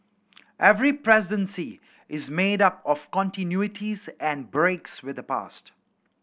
every presidency is made up of continuities and breaks with the past